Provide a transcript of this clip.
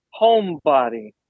homebody